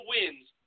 wins